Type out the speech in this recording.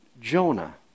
Jonah